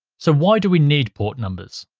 so why do we need port numbers?